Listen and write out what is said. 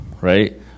right